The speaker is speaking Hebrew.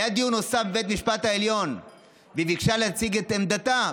היה דיון נוסף בבית המשפט העליון והיא ביקשה להציג את עמדתה,